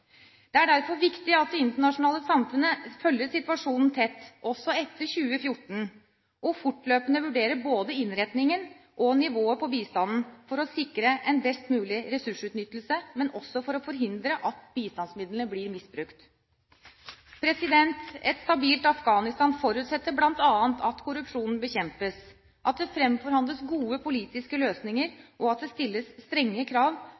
Det er derfor viktig at det internasjonale samfunnet følger situasjonen tett, også etter 2014, og fortløpende vurderer både innretningen og nivået på bistanden for å sikre en best mulig ressursutnyttelse, men også for å forhindre at bistandsmidlene blir misbrukt. Et stabilt Afghanistan forutsetter bl.a. at korrupsjonen bekjempes, at det fremforhandles gode politiske løsninger, og at det stilles strenge krav